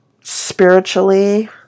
spiritually